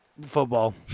football